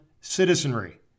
citizenry